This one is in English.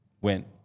went